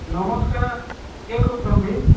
ନମସ୍କାର କିଏ କହୁଛନ୍ତି